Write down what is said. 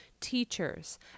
teachers